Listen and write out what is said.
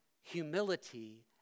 humility